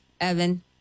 Evan